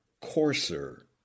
coarser